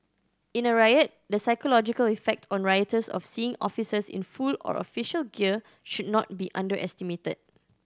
in a riot the psychological effect on rioters of seeing officers in full or official gear should not be underestimated